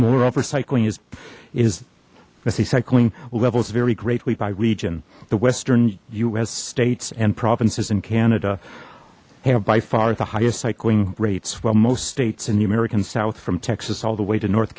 moreover cycling is is messy cycling levels vary greatly by region the western us states and provinces in canada have by far the highest cycling rates while most states in the american south from texas all the way to north